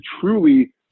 truly